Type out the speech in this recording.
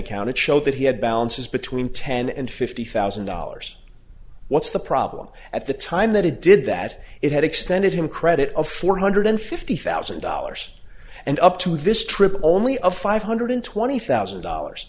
account it showed that he had balances between ten and fifty thousand dollars what's the problem at the time that he did that it had extended him credit of four hundred fifty thousand dollars and up to this trip only of five hundred twenty thousand dollars